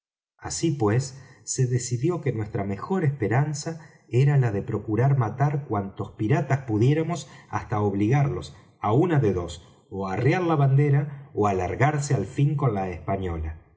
así pues se decidió que nuestra mejor esperanza era la de procurar matar cuantos piratas pudiéramos hasta obligarlos á una de dos ó á arriar bandera ó á largarse al fin con la española